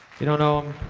you don't know